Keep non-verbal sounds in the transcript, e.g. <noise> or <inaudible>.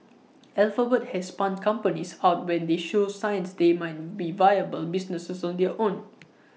alphabet has spun companies out when they show signs they might <unintelligible> be viable businesses on their own